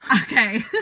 Okay